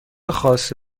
خاص